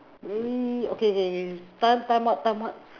very okay okay okay time time out time out